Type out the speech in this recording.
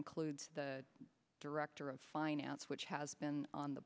includes the director of finance which has been on the